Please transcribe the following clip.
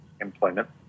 employment